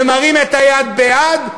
ומרים את היד בעד,